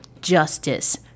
Justice